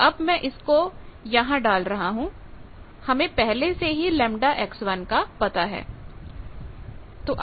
तो अब मैं इसको यहां डाल रहा हूं हमें पहले से ही Γ का पता है